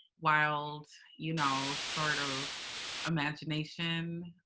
wild, you know, sort of imagination.